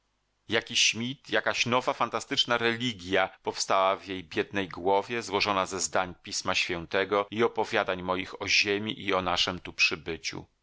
jakiś mit jakaś nowa fantastyczna religja powstała w jej biednej głowie złożona ze zdań pisma świętego i opowiadań moich o ziemi i naszem tu